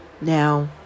Now